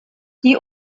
die